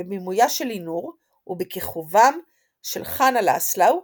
בבימויה של לינור ובכיכובם של חנה לסלאו,